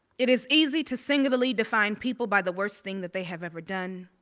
it is easy to singularly define people by the worst thing that they have ever done,